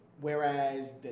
Whereas